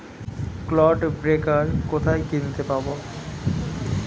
Clod breaker কোথায় কিনতে পাব?